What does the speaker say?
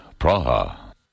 Praha